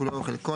כולו או חלקו,